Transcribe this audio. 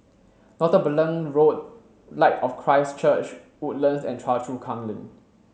Northumberland Road Light of Christ Church Woodlands and Choa Chu Kang Link